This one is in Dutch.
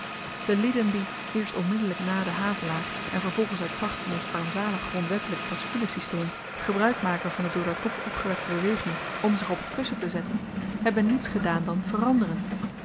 de lieden die eerst onmiddelyk na den havelaar en vervolgens uit kracht van ons armzalig grondwettelyk baskule systeem gebruik maken van de door dat boek opgewekte beweging om zich op t kussen te zetten hebben niets gedaan dan veranderen